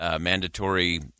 mandatory